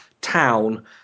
town